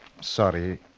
sorry